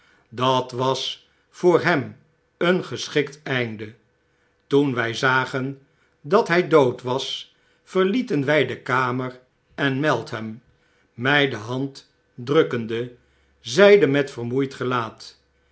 dat was voor hem een geschikt einde toen wij zagen dat hy dood was verlieten wy de kamer en meltham my de hand drukkende zeide met vermoeid gelaat